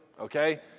okay